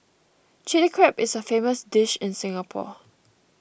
Chilli Crab is a famous dish in Singapore